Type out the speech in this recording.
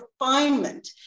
refinement